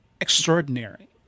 extraordinary